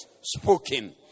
spoken